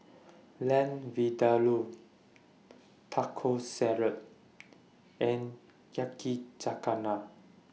Lamb Vindaloo Taco Salad and Yakizakana